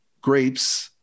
grapes